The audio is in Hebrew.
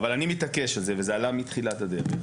אבל אני מתעקש על זה וזה עלה מתחילת הדרך.